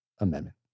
Amendment